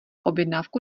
objednávku